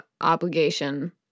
obligation